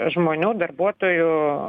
žmonių darbuotojų